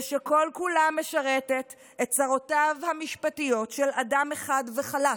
ושכל-כולה משרתת את צרותיו המשפטיות של אדם אחד וחלש,